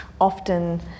often